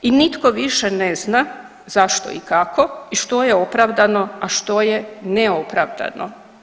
I nitko više ne zna zašto i kako i što je opravdano a što je neopravdano.